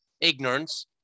ignorance